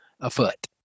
afoot